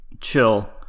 chill